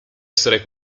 essere